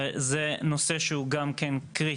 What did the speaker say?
וזה נושא שהוא גם כן קריטי.